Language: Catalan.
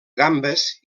gambes